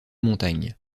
montagne